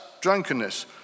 drunkenness